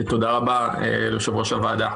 תודה רבה, יושב-ראש הוועדה.